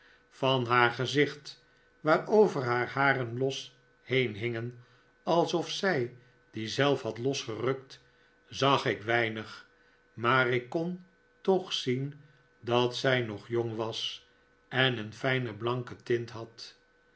van haar gezicht waarover haar haren los heen hingen alsof zij die zelf had losgerukt zag ik weinig maar ik kon toch zien dat zij nog jong was en een fijne blanke teint had